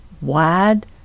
wide